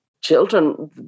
children